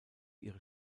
ihre